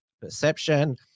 perception